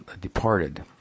departed